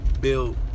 Build